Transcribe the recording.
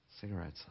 cigarettes